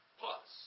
plus